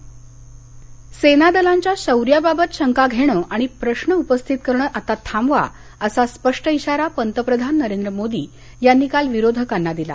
मोदी सेना दलांच्या शौर्याबाबत शंका घेणं आणि प्रश्न उपस्थित करणं आता थांबवा असा स्पष्ट इशारा पंतप्रधान नरेंद्र मोदी यांनी काल विरोधकांना दिला